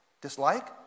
dislike